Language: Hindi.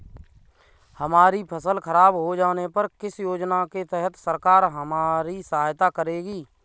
हमारी फसल खराब हो जाने पर किस योजना के तहत सरकार हमारी सहायता करेगी?